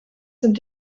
sind